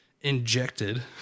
injected